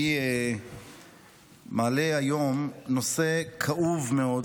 אני מעלה היום נושא כאוב מאוד.